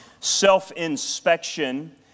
self-inspection